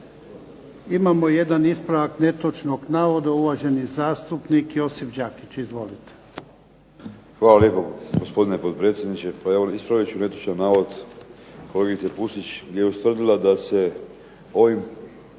Imamo jedan ispravak netočnog navoda. Uvaženi zastupnik Josip Đakić, izvolite. **Đakić, Josip (HDZ)** Hvala lijepo, gospodine potpredsjedniče. Ispravit ću netočan navod kolegice Pusić gdje je ustvrdila da se ovim